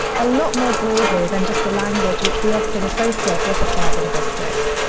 a lot more broadly than just the language which we often associate with applied linguistics.